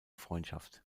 freundschaft